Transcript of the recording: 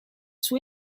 suo